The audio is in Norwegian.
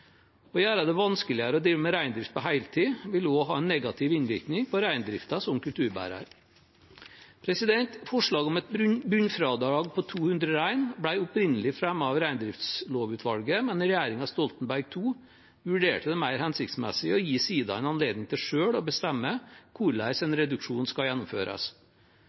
Å gjøre det vanskeligere å drive med reindrift på heltid vil også ha en negativ innvirkning på reindriften som kulturbærer. Forslaget om et bunnfradrag på 200 rein ble opprinnelig fremmet av reindriftslovutvalget, men regjeringen Stoltenberg II vurderte det mer hensiktsmessig å gi sidaene anledning til selv å bestemme hvordan en reduksjon skal gjennomføres.